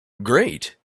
great